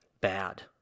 bad